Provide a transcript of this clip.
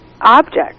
Objects